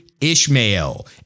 Ishmael